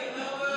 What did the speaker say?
בזק, בזק.